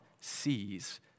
sees